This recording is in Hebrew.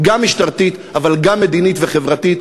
גם משטרתית אבל גם מדינית וחברתית,